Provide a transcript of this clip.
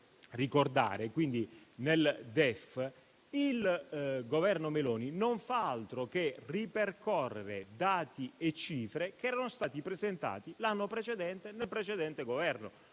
ricordare - il Governo Meloni non ha fatto altro che ripercorrere dati e cifre che erano stati presentati l'anno precedente dal precedente Governo.